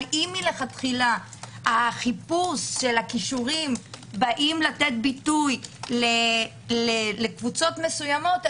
אבל אם מלכתחילה החיפוש של הכישורים בא לתת ביטוי לקבוצות מסוימות,